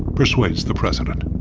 persuades the president.